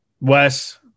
Wes